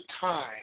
time